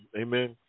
Amen